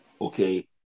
okay